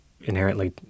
inherently